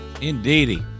Indeedy